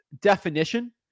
definition